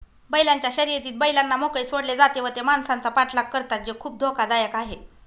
बैलांच्या शर्यतीत बैलांना मोकळे सोडले जाते व ते माणसांचा पाठलाग करतात जे खूप धोकादायक आहे